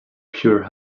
pure